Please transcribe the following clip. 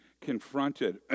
confronted